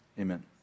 Amen